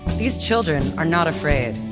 these children are not afraid.